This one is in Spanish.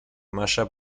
malla